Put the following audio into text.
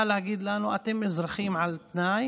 שמנסה להגיד לנו: אתם אזרחים על תנאי